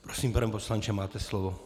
Prosím, pane poslanče, máte slovo.